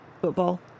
Football